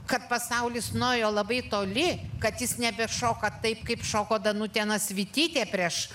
kad pasaulis nuėjo labai toli kad jis nebešoka taip kaip šoko danutė nasvytytė prieš